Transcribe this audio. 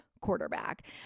quarterback